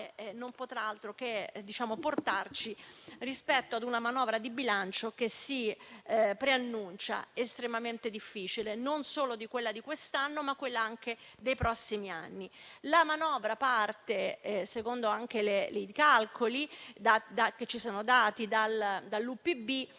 non potrà altro che portarci a una manovra di bilancio che si preannuncia estremamente difficile (non solo quella di quest'anno, ma anche quelle dei prossimi anni). La manovra parte, secondo i calcoli che ci sono stati forniti dall'UPB,